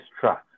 trust